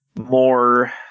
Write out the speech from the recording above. more